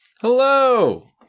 Hello